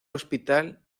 hospital